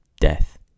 Death